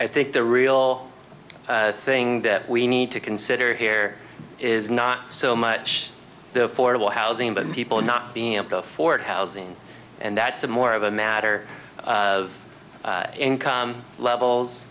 i think the real thing that we need to consider here is not so much the affordable housing but people not being able to afford housing and that's a more of a matter of income levels